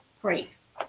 Praise